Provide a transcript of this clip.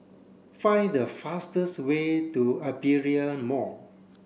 find the fastest way to Aperia Mall